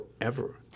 forever